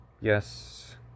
Yes